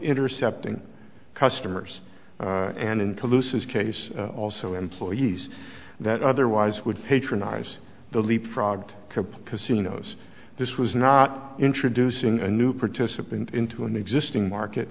intercepting customers and inclusive case also employees that otherwise would patronize the leap frogged casinos this was not introducing a new participant into an existing market